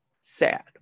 sad